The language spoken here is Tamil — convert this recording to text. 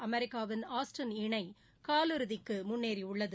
அமெரிக்காவின் ஆஸ்டின் இணைகால் இறுதிக்குமுன்னேறியுள்ளது